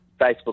Facebook